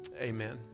amen